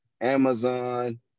Amazon